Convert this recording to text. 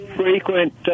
frequent